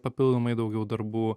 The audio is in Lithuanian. papildomai daugiau darbų